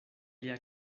lia